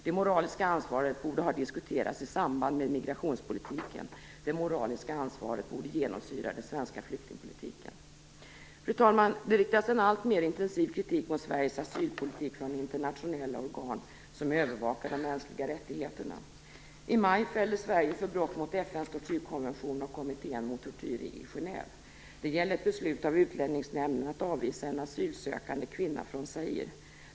Det moraliska ansvaret borde ha diskuterats i samband med migrationspolitiken, och det moraliska ansvaret borde genomsyra den svenska flyktingpolitiken. Fru talman! Det riktas en alltmer intensiv kritik mot Sveriges asylpolitik från internationella organ som övervakar de mänskliga rättigheterna. I maj fälldes Sverige för brott mot FN:s tortyrkonvention av kommittén mot tortyr i Genève. Det gällde ett beslut av Utlänningsnämnden att avvisa en asylsökande kvinna från Zaire.